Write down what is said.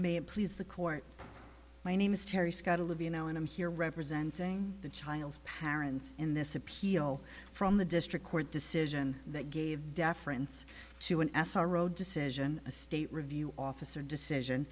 it please the court my name is terry scott a libyan now and i'm here representing the child's parents in this appeal from the district court decision that gave deference to an s r o decision a state review officer decision